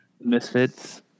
Misfits